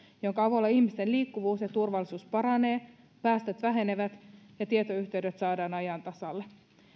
jonka avulla ihmisten liikkuvuus ja turvallisuus paranevat päästöt vähenevät ja tietoyhteydet saadaan ajan tasalle